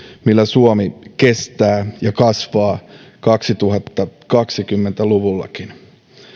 millä suomi kestää ja kasvaa kaksituhattakaksikymmentä luvullakin